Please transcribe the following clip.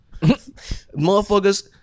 Motherfuckers